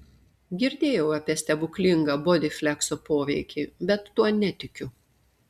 girdėjau apie stebuklinga bodiflekso poveikį bet tuo netikiu